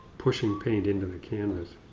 pushing paint into the canvas.